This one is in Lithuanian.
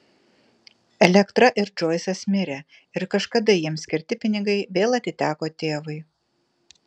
elektra ir džoisas mirė ir kažkada jiems skirti pinigai vėl atiteko tėvui